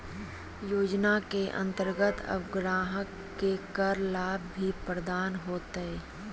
योजना के अंतर्गत अब ग्राहक के कर लाभ भी प्रदान होतय